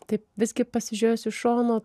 taip visgi pasižiūrėjus iš šono